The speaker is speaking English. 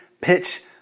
pitch